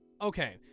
okay